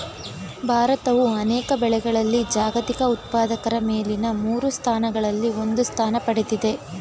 ಭಾರತವು ಅನೇಕ ಬೆಳೆಗಳಲ್ಲಿ ಜಾಗತಿಕ ಉತ್ಪಾದಕರ ಮೇಲಿನ ಮೂರು ಸ್ಥಾನಗಳಲ್ಲಿ ಒಂದು ಸ್ಥಾನ ಪಡೆದಿದೆ